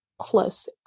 plus